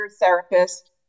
therapist